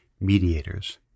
mediators